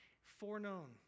Foreknown